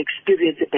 experience